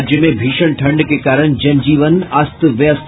राज्य में भीषण ठंड के कारण जन जीवन अस्त व्यस्त